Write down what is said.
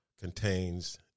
contains